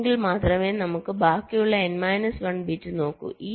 അങ്ങനെയെങ്കിൽ മാത്രമേ നമ്മൾ ബാക്കിയുള്ള n മൈനസ് 1 ബിറ്റ് നോക്കൂ